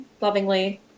lovingly